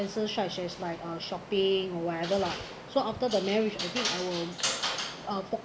expenses such as like uh shopping whatever lah so after the marriage I think I will uh